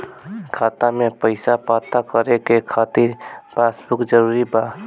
खाता में पईसा पता करे के खातिर पासबुक जरूरी बा?